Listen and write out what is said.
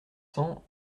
cents